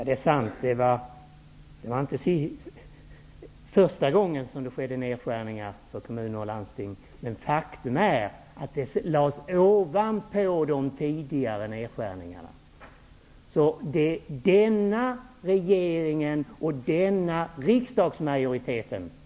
Herr talman! Ja, det är sant att det inte var första gången som nedskärningar gjordes i kommuner och landsting. Men faktum är att de nya nedskärningarna lades på tidigare nedskärningar.